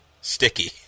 sticky